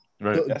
right